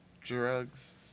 drugs